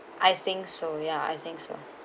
I think so ya I think so